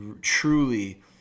truly